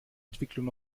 entwicklung